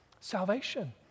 Salvation